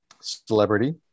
Celebrity